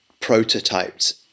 prototyped